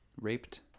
Raped